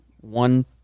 one